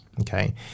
Okay